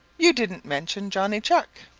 you didn't mention johnny chuck.